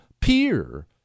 peer